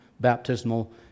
baptismal